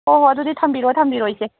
ꯍꯣꯏ ꯍꯣꯏ ꯑꯗꯨꯗꯤ ꯊꯝꯕꯤꯔꯣ ꯊꯝꯕꯤꯔꯣ ꯏꯆꯦ